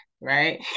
right